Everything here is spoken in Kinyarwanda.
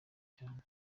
cyane